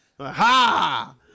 Ha